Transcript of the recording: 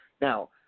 Now